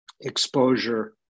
exposure